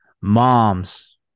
Moms